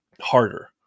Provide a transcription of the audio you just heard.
harder